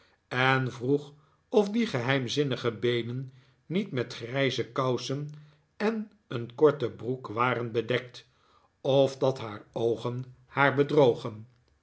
en vroeg of die geheimzinnige beenen niet met grijze kousen en een korte broek waren bedekt of dat haar oogen haar bedrogen